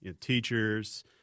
teachers